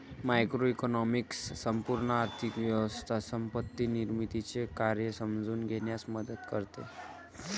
macroeconomics संपूर्ण आर्थिक व्यवस्था संपत्ती निर्मितीचे कार्य समजून घेण्यास मदत करते